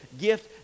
gift